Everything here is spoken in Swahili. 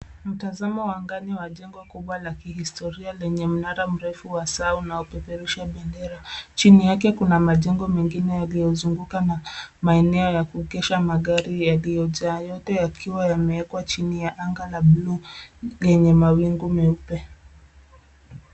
Mtazamo wa angani wa jengo kubwa la kihistoria lenye mnara mrefu wa saa unaopeperusha bendera. Chini yake kuna majengo mengine yaliyozunguka na maeneo ya kuegesha magari yaliyojaa yote yakiwa yamewekwa chini ya anga la bluu lenye mawingu meupe.